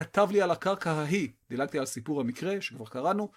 כתב לי על הקרקע ההיא, דילגתי על סיפור המקרה שכבר קראנו.